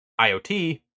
IoT